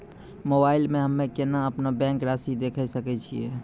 Mobile मे हम्मय केना अपनो बैंक रासि देखय सकय छियै?